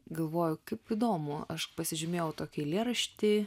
galvoju kaip įdomu aš pasižymėjau tokį eilėraštį